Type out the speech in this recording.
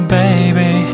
baby